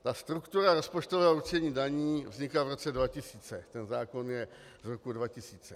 Ta struktura rozpočtového určení daní vznikla v roce 2000, zákon je z roku 2000.